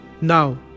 Now